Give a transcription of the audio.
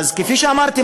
כפי שאמרתי,